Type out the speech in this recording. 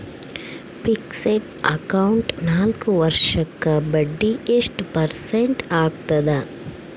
Fixed account ನಾಲ್ಕು ವರ್ಷಕ್ಕ ಬಡ್ಡಿ ಎಷ್ಟು ಪರ್ಸೆಂಟ್ ಆಗ್ತದ?